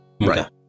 Right